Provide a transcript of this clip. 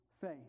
faith